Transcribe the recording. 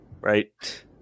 right